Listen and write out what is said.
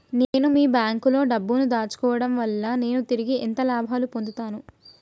నేను మీ బ్యాంకులో డబ్బు ను దాచుకోవటం వల్ల నేను తిరిగి ఎంత లాభాలు పొందుతాను?